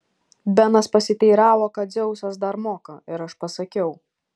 benas pasiteiravo ką dzeusas dar moka ir aš pasakiau